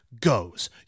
goes